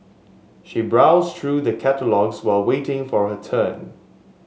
she browsed through the catalogues while waiting for her turn